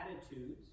attitudes